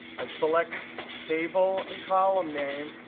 i select table and column name,